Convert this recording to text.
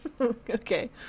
Okay